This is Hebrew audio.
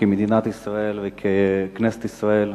כמדינת ישראל וככנסת ישראל,